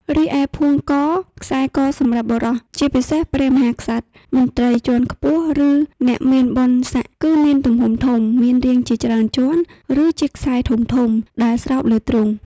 រីឯផួងក/ខ្សែកសម្រាប់បុរស ជាពិសេស ព្រះមហាក្សត្រ មន្ត្រីជាន់ខ្ពស់ ឬអ្នកមានបុណ្យស័ក្តិ គឺមានទំហំធំ មានរាងជាច្រើនជាន់ ឬជាខ្សែធំៗ ដែលស្រោបលើទ្រូង។